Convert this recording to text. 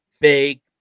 big